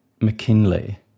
McKinley